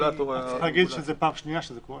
צריך להגיד שזו הפעם השנייה שזה קורה.